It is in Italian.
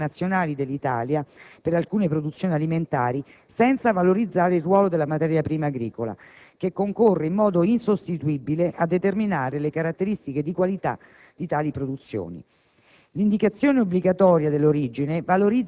È impensabile, infatti, mantenere i primati internazionali dell'Italia per alcune produzioni alimentari senza valorizzare il ruolo della materia prima agricola, che concorre, in modo insostituibile, a determinare le caratteristiche di qualità di tali produzioni.